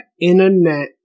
internet